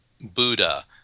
Buddha